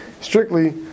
strictly